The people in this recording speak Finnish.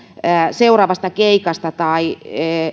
seuraavasta keikasta